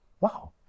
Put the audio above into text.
Wow